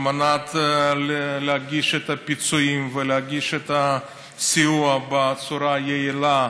על מנת להגיש את הפיצויים ולהגיש את הסיוע בצורה היעילה,